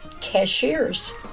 cashiers